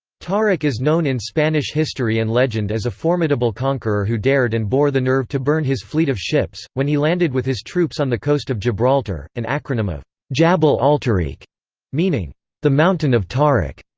tariq is known in spanish history and legend as a formidable conqueror who dared and bore the nerve to burn his fleet of ships, when he landed with his troops on the coast of gibraltar an acronym of jabel altariq meaning the mountain of tariq.